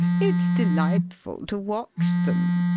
it's delightful to watch them.